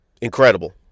Incredible